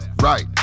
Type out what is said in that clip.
Right